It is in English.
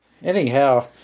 Anyhow